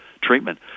treatment